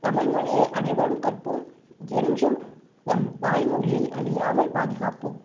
தமிழ்மொழியை அனைவரும் கற்போம் என்றும் நம் தாய்மொழியை அழியாமல் பாதுகாப்போம்